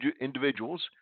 individuals